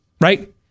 Right